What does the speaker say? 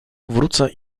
wrócę